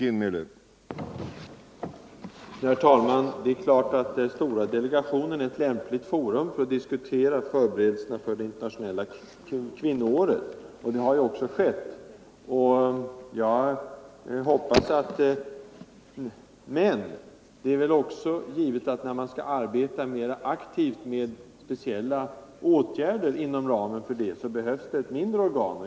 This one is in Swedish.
Herr talman! Det är klart att den stora delegationen är ett lämpligt forum för att diskutera förberedelserna för det internationella kvinnoåret. Så har också skett. Men när man skall arbeta mera aktivt med speciella åtgärder behövs det ett mindre organ.